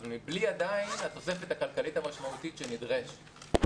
אבל עדיין מבלי התוספת הכלכלית המשמעותית שנדרשת.